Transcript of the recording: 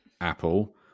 apple